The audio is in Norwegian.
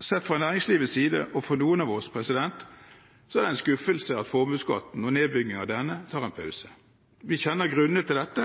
Sett fra næringslivets side, og for noen av oss, er det en skuffelse at formuesskatten og nedbyggingen av denne tar en pause. Vi kjenner grunnene til dette,